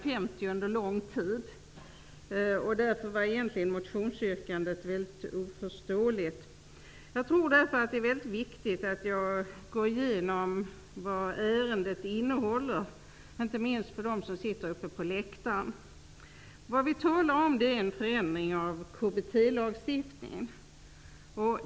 Den har under lång tid varit oförändrad, och motionsyrkandet är därför oförståeligt. Jag tror mot den bakgrunden att det är viktigt, inte minst för dem som sitter på åhörarläktaren, att jag går igenom vad ärendet innehåller. Vi talar om en förändring av KBT-lagstiftningen.